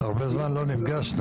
הרבה זמן לא נפגשנו.